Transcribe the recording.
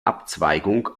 abzweigung